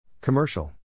Commercial